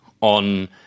on